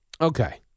Okay